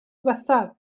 ddiwethaf